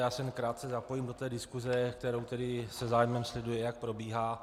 Já se jen krátce zapojím do té diskuse, kterou se zájmem sleduji, jak probíhá.